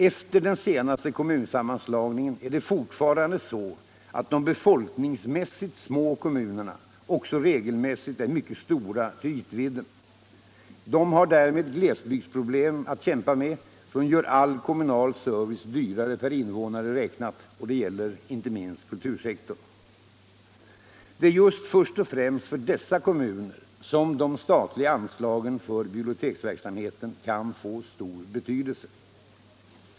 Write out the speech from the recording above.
Efter den senaste kommunsammanslagningen är det fortfarande så, att de befolkningsmässigt små kommunerna också regelmässigt är mycket stora till ytvidden. De har därmed glesbygdsproblem att kämpa med som gör all kommunal service dyrare per invånare räknat — och det gäller inte minst kultursektorn. Det är just först och främst för dessa kommuner som de statliga anslagen för biblioteksverksamhet kan få stor betydelse.